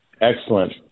Excellent